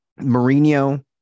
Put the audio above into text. Mourinho